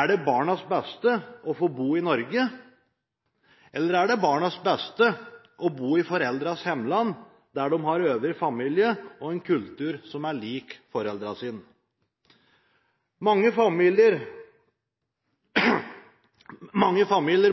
Er det barnas beste å få bo i Norge, eller er det barnas beste å få bo i foreldrenes hjemland, der de har øvrig familie og en kultur som er lik foreldrenes? Mange familier,